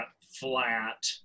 flat